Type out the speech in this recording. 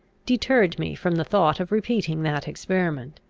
deterred me from the thought of repeating that experiment.